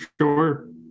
sure